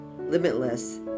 limitless